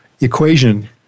equation